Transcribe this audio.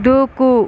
దూకు